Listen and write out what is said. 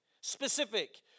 specific